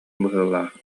быһыылаах